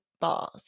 bars